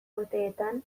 urteetan